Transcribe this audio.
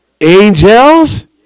angels